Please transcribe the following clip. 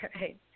Right